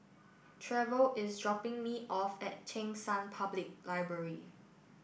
Trever is dropping me off at Cheng San Public Library